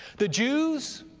the jews,